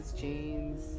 jeans